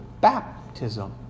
baptism